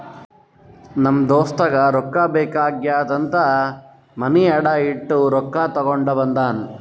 ನಮ್ ದೋಸ್ತಗ ರೊಕ್ಕಾ ಬೇಕ್ ಆಗ್ಯಾದ್ ಅಂತ್ ಮನಿ ಅಡಾ ಇಟ್ಟು ರೊಕ್ಕಾ ತಗೊಂಡ ಬಂದಾನ್